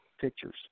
pictures